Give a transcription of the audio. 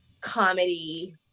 comedy